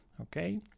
okay